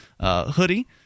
hoodie